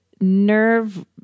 nerve